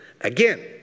Again